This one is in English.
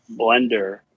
blender